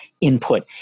input